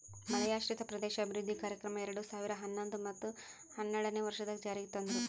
ಮಳೆಯಾಶ್ರಿತ ಪ್ರದೇಶ ಅಭಿವೃದ್ಧಿ ಕಾರ್ಯಕ್ರಮ ಎರಡು ಸಾವಿರ ಹನ್ನೊಂದು ಮತ್ತ ಹನ್ನೆರಡನೇ ವರ್ಷದಾಗ್ ಜಾರಿಗ್ ತಂದ್ರು